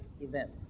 event